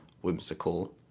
whimsical